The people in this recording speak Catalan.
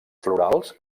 florals